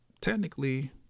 technically